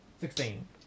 Sixteen